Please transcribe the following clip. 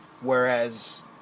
whereas